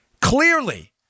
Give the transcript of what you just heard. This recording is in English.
clearly